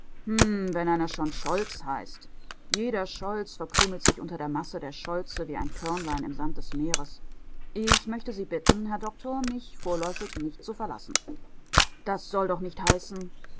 wenn einer schon scholz heißt jeder scholz verkrümelt sich unter der masse der scholze wie ein körnlein im sand des meeres ich möchte sie bitten herr doktor mich vorläufig nicht zu verlassen das soll doch nicht heißen